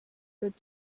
could